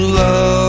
love